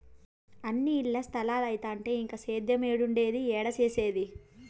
అన్నీ ఇల్ల స్తలాలైతంటే ఇంక సేద్యేమేడుండేది, ఏడ సేసేది